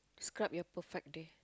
scrub your perfect day